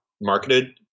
marketed